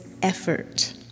effort